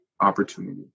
opportunity